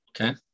Okay